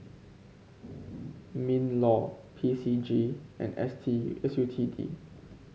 Minlaw P C G and S T U S U T D